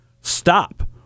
stop